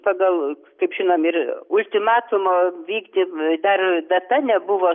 pagal kaip žinom ir ultimatumą vykdyt dar data nebuvo